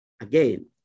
again